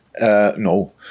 No